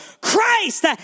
Christ